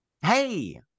Hey